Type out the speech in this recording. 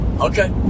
Okay